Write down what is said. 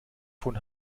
von